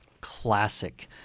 Classic